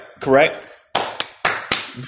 Correct